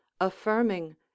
affirming